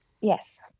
Yes